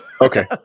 okay